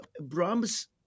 Brahms